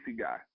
guy